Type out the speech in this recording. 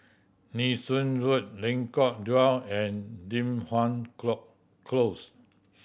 Nee Soon Road Lengkok Dua and Li Hwan Close